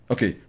Okay